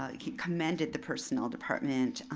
ah commended the personnel department,